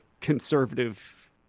conservative